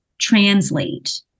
translate